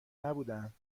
نبودهاند